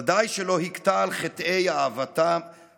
ודאי שלא הכתה על חטאי הבאתם,